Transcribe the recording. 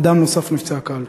אדם נוסף נפצע קל.